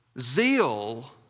zeal